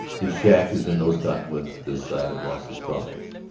his shack is in those cottonwoods, this side of las estrellas.